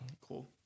Cool